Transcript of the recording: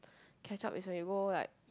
catch up is when you go like